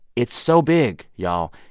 it's so big, y'all,